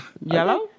Yellow